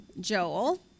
Joel